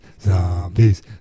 zombies